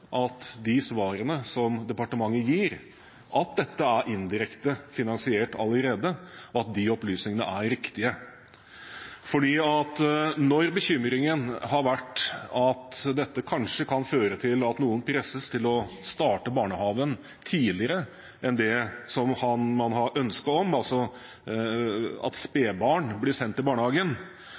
at de svarene som departementet gir – at dette er indirekte finansiert allerede – er riktige. For når bekymringen har vært at dette kanskje kan føre til at noen presses til å starte i barnehagen tidligere enn det man har ønske om, altså at spedbarn blir sendt til barnehagen